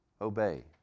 obey